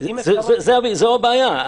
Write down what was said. זאת הבעיה.